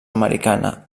americana